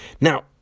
Now